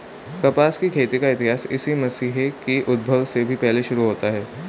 कपास की खेती का इतिहास ईसा मसीह के उद्भव से भी पहले शुरू होता है